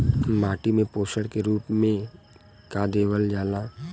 माटी में पोषण के रूप में का देवल जाला?